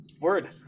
Word